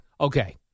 Okay